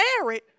married